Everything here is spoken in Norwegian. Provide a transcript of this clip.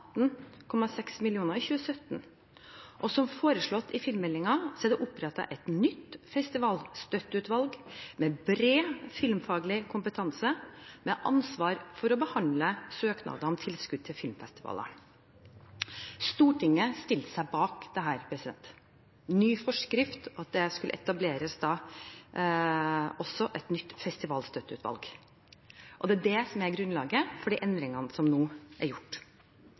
i 2017. Som foreslått i filmmeldingen er det opprettet et nytt festivalstøtteutvalg med bred filmfaglig kompetanse, med ansvar for å behandle søknader om tilskudd til filmfestivaler. Stortinget stilte seg bak dette – ny forskrift og også at det skulle etableres et nytt festivalstøtteutvalg. Det er det som er grunnlaget for de endringene som nå er gjort.